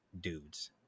dudes